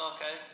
Okay